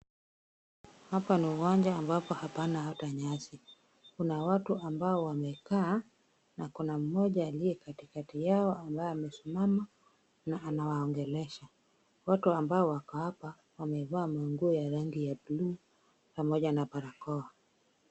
Hapa ni uwanja ambapo hapana hata nyasi. Kuna watu ambao wamekaa, na kuna mmoja aliye katikati yao ambaye amesimama na anawaongelesha. Watu ambao wako hapa wamevaa manguo ya rangi ya blue pamoja na barakoa.